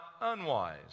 unwise